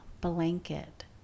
blanket